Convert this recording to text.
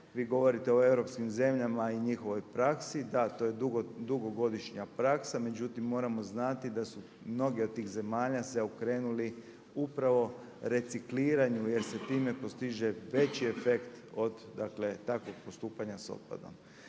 vi govorite o europskim zemljama i njihovoj praksi, da to je dugogodišnja praksa međutim moramo znati da su mnoge od tih zemalja zaokrenuli upravo recikliranju jer se time postiže veći efekt od dakle takvog postupanja s otpadom.